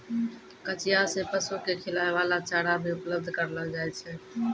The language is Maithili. कचिया सें पशु क खिलाय वाला चारा भी उपलब्ध करलो जाय छै